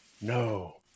No